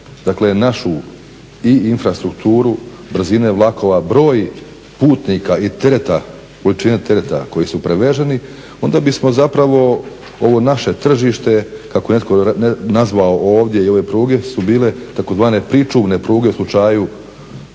dakle našu i infrastrukturu, brzine vlakova, broj putnika i tereta, količine tereta koji su prevezeni, onda bismo zapravo ovo naše tržište, kako je netko nazvao ovdje i ove pruge su bile tzv. pričuvne pruge u slučaju